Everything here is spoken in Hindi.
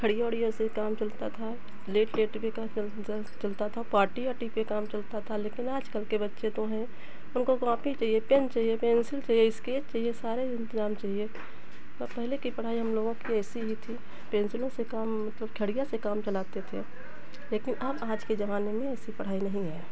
खड़िया ओड़िया से ही काम चलता था स्लेट उलेट लेकर चल जो है चलता था पाटी वाटी पे काम चलता था लेकिन आज कल के बच्चे तो हैं उनको कॉपी चाहिए पेन चाहिए पेन्सिल चाहिए स्केच चाहिए सारे इंतज़ाम चाहिए पर पहले की पढ़ाई हम लोगों की ऐसे ही थी पेन्सिलों से काम मतलब खड़िया से काम चलाते थे लेकिन अब आज के ज़माने में ऐसी पढ़ाई नहीं है